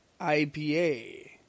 IPA